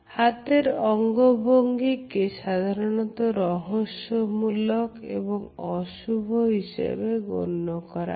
হাতের অঙ্গভঙ্গি কে সাধারণত রহস্য মূলক এবং অশুভ হিসেবে গণ্য করা হয়